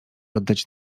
oddać